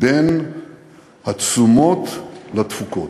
בין התשומות לתפוקות.